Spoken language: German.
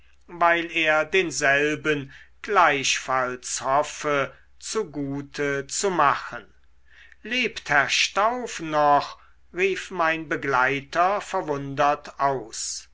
weil er denselben gleichfalls hoffe zu gute zu machen lebt herr stauf noch rief mein begleiter verwundert aus